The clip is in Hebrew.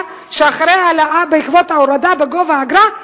שאחרי ההעלאה בעקבות ההורדה בגובה האגרה.